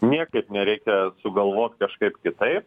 niekaip nereikia sugalvot kažkaip kitaip